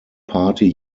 party